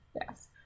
yes